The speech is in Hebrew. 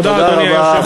תודה, אדוני היושב-ראש.